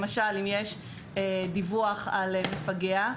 למשל אם יש דיווח על מפגע,